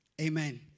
Amen